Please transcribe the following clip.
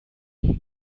here